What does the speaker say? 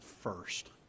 first